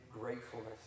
gratefulness